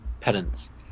Penance